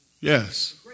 Yes